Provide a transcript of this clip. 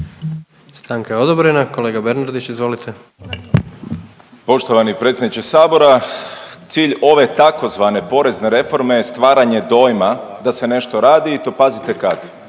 Davor (Socijaldemokrati)** Poštovani predsjedniče sabora, cilj ove tzv. porezne reforme je stvaranje dojma da se nešto radi i to pazite kad